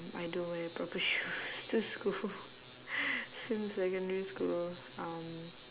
I don't wear proper shoes to school since secondary school um